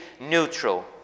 neutral